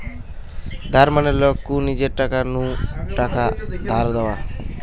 ধার মানে লোক কু নিজের টাকা নু টাকা ধার দেওয়া